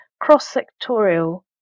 cross-sectorial